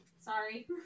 Sorry